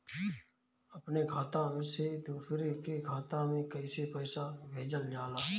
अपने खाता से दूसरे के खाता में कईसे पैसा भेजल जाला?